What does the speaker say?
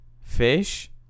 fish